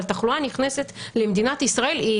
אבל תחלואה נכנסת למדינת ישראל היא